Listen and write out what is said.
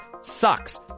sucks